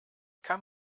kann